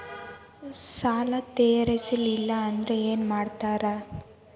ಸಾಲ ತೇರಿಸಲಿಲ್ಲ ಅಂದ್ರೆ ಏನು ಮಾಡ್ತಾರಾ?